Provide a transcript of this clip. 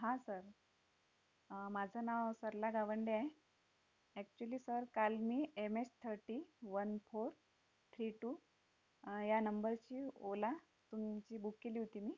हां सर माझं नाव सरला गावंडे आहे ॲक्च्युली सर काल मी M H thirty one four three two ह्या नंबरची ओला तुमची बुक केली होती मी